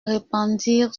répandirent